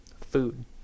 food